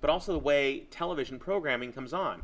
but also the way television programming comes on